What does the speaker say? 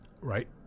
Right